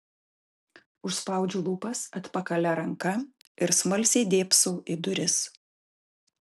užspaudžiu lūpas atpakalia ranka ir smalsiai dėbsau į duris